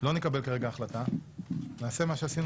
לא נקבל כרגע החלטה ונעשה מה שעשינו